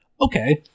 okay